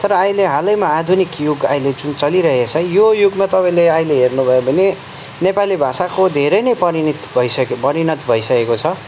तर अहिले हालैमा आधुनिक युग अहिले जुन चलिरहेको छ यो युगमा तपाईँले अहिले हेर्नुभयो भने नेपाली भाषाको धेरै नै परिणत भइसके परिणत भैसकेको छ